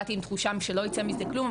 באתי עם תחושה שלא יצא מזה כלום,